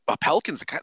pelicans